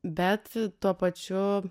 bet tuo pačiu